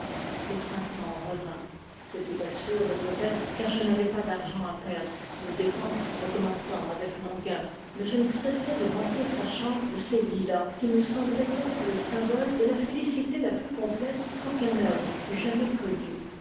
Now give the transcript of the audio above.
le printemps revint c'était absurde peut-être car je n'avais pas d'argent à perdre nos dépenses augmentant avec mon gain mais je ne cessais de remplir sa chambre de ces lilas qui me semblaient être le symbole de la félicité la plus complète qu'aucun homme eût jamais connue